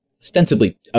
ostensibly